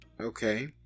Okay